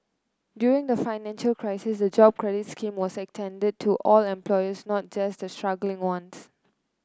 during the financial crisis the Jobs Credit scheme was extended to all employers not just the struggling ones